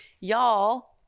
Y'all